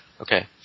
Okay